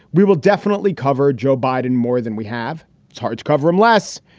we will definitely cover joe biden more than we have. it's hard to cover him less.